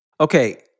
Okay